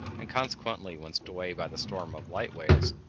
and, consequently, when swept away by the storm of light-waves,